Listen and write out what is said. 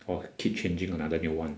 or keep changing another new [one]